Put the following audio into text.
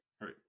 right